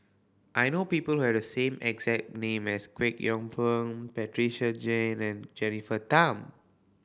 I know people who have the same exact name as Kwek Hong Png Patricia Chan and Jennifer Tham